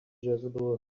jezebel